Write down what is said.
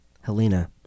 Helena